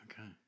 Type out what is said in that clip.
Okay